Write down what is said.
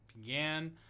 began